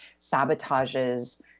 sabotages